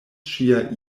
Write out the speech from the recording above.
ŝia